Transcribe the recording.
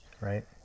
Right